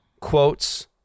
quotes